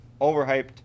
overhyped